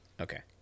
Okay